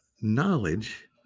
knowledge